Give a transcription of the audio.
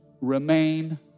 remain